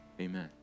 Amen